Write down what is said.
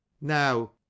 Now